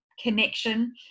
connection